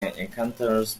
encounters